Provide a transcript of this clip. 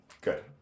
Good